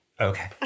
Okay